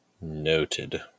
Noted